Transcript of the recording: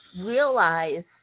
realize